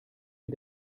wie